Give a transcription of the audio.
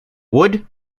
wood